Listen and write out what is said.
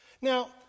Now